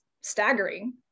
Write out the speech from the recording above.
staggering